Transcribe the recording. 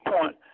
point